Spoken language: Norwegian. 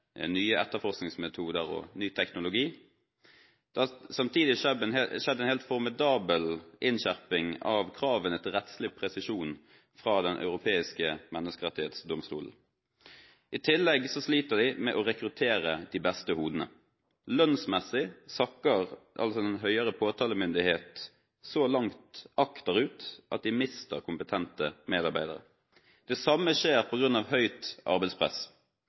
nye etterforskningsmetoder og ny teknologi. Det har samtidig skjedd en helt formidabel innskjerping av kravene til rettslig presisjon fra Den europeiske menneskerettighetsdomstolen. I tillegg sliter de med å rekruttere de beste hodene. Lønnsmessig sakker den høyere påtalemyndighet så langt akterut at de mister kompetente medarbeidere. Det samme skjer på grunn av høyt arbeidspress.